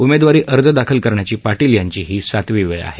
उमेदवारी अर्ज दाखल करण्याची पाटील यांची ही सातवी वेळ आहे